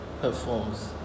performs